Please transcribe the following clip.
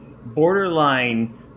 borderline